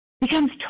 becomes